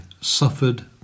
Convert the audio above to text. suffered